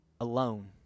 Alone